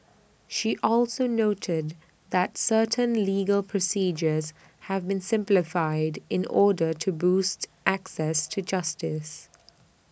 she also noted that certain legal procedures have been simplified in order to boost access to justice